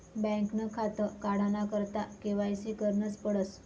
बँकनं खातं काढाना करता के.वाय.सी करनच पडस